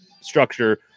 structure